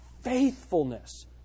faithfulness